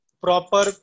proper